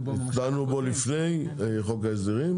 שדנו בו לפני חוק ההסדרים